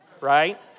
right